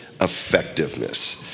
effectiveness